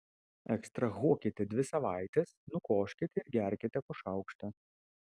ekstrahuokite dvi savaites nukoškite ir gerkite po šaukštą